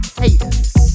haters